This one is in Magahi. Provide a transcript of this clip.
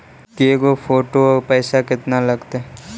के गो फोटो औ पैसा केतना लगतै?